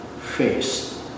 face